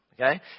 Okay